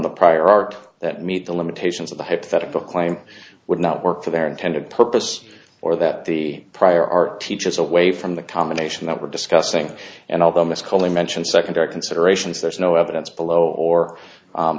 the prior art that meet the limitations of the hypothetical claim would not work for their intended purpose or that the prior art teachers away from the combination that we're discussing and all the mis calling mentioned secondary considerations there is no evidence below or